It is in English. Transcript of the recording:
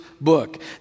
book